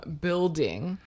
building